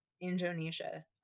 indonesia